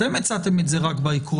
אתם הצעתם את זה רק בעקרונות.